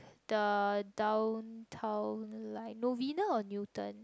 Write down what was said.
the Downtown Line Novena or Newton